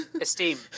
Esteem